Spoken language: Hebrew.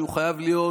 שחייב להיות